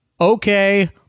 okay